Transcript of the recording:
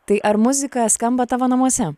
tai ar muzika skamba tavo namuose